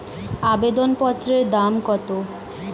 আবেদন পত্রের দাম কত?